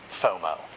FOMO